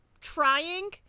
trying